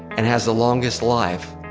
and has the longest life.